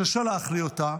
ששלח לי אותה,